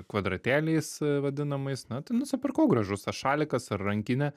kvadratėliais vadinamais na tai nusipirkau gražus tas šalikas ar rankinė